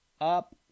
up